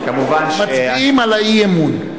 מצביעים על האי-אמון.